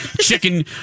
chicken